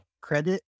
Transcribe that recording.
credit